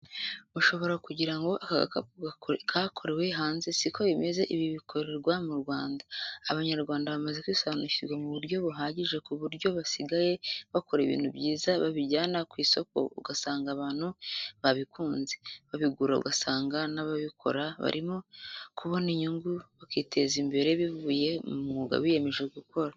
Mushobora kugira ngo aka gakapu kakorewe hanze siko bimeze ibi bikorerwa mu Rwanda. Abanyarwanda bamaze kwisobanukirwa mu buryo buhagije ku buryo basigaye bakora ibintu byiza babijyana ku isoko ugasanga abantu babikunze, babigura ugasanga n'ababikora barimo kubona inyungu bakiteza imbere bivuye ku mwuga biyemeje gukora.